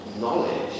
knowledge